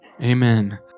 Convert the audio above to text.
Amen